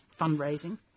fundraising